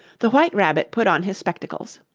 the white rabbit put on his spectacles.